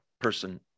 person